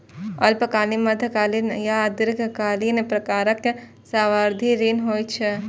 अल्पकालिक, मध्यकालिक आ दीर्घकालिक प्रकारक सावधि ऋण होइ छै